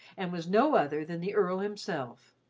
and was no other than the earl himself.